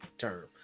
term